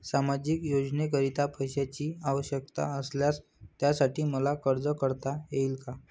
सामाजिक योजनेकरीता पैशांची आवश्यकता असल्यास त्यासाठी मला अर्ज करता येईल का?